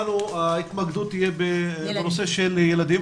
ההתמקדות שלנו תהיה בנושא של ילדים,